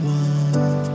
one